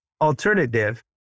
alternative